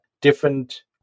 different –